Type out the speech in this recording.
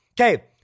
Okay